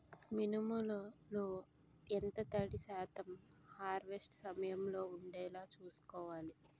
మినుములు లో ఎంత తడి శాతం హార్వెస్ట్ సమయంలో వుండేలా చుస్కోవాలి?